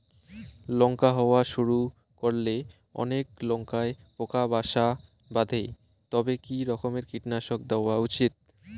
লঙ্কা হওয়া শুরু করলে অনেক লঙ্কায় পোকা বাসা বাঁধে তবে কি রকমের কীটনাশক দেওয়া উচিৎ?